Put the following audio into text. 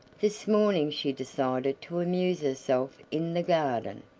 this morning she decided to amuse herself in the garden,